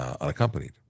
unaccompanied